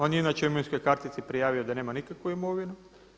On je inače u imovinskoj kartici prijavio da nema nikakvu imovinu.